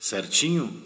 Certinho